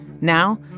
Now